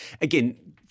again